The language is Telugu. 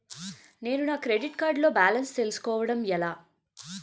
నేను నా క్రెడిట్ కార్డ్ లో బాలన్స్ తెలుసుకోవడం ఎలా?